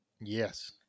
Yes